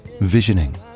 visioning